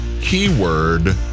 Keyword